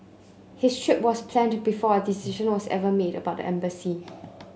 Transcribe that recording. his trip was planned before a decision was ever made about the embassy